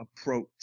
approach